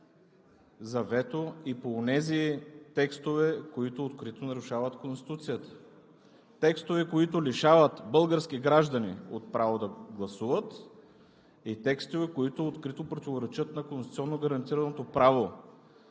за вето и по онези текстове, които открито нарушават Конституцията – текстове, които лишават български граждани от право да гласуват, и текстове, които открито противоречат на конституционно гарантираното право